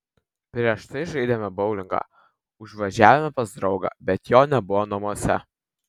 prieš tai žaidėme boulingą užvažiavome pas draugą bet jo nebuvo namuose